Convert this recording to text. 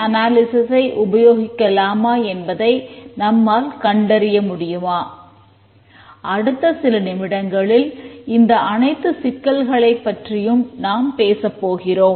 அடுத்த சில நிமிடங்களில் இந்த அனைத்து சிக்கல்களைப் பற்றியும் நாம் பேசப் போகிறோம்